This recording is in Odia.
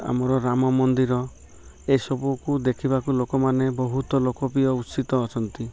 ଆମର ରାମ ମନ୍ଦିର ଏସବୁକୁ ଦେଖିବାକୁ ଲୋକମାନେ ବହୁତ ଲୋକପ୍ରିୟ ଉତ୍ସିତ ଅଛନ୍ତି